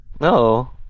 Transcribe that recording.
No